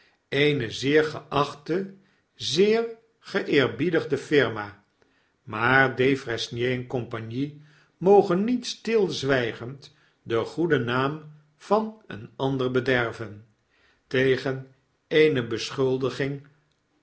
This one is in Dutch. eene zeer geacnte zeer geeerbiedigde firma maar defresnier en compagnie mogen niet stilzwygend den goeden naam van een ander bederven tegen eene beschuldiging